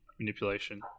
manipulation